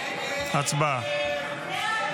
הצבעה.